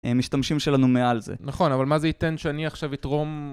הם משתמשים שלנו מעל זה. נכון, אבל מה זה ייתן שאני עכשיו אתרום...